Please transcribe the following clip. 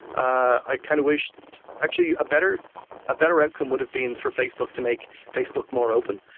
i kind of wished actually, a better ah better outcome would have been for facebook to make facebook more open,